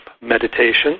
meditation